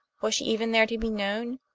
was she even there to be known?